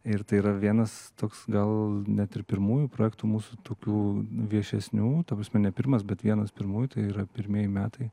ir tai yra vienas toks gal net ir pirmųjų projektų mūsų tokių viešesnių ta prasme ne pirmas bet vienas pirmųjų tai yra pirmieji metai